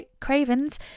Cravens